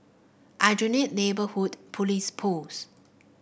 Aljunied Neighbourhood Police Post